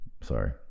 Sorry